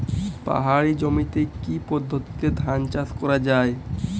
পাহাড়ী জমিতে কি পদ্ধতিতে ধান চাষ করা যায়?